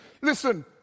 listen